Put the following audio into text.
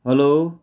hello